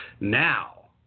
Now